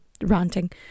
ranting